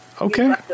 Okay